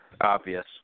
obvious